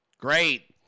Great